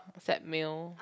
set meal